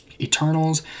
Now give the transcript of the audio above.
Eternals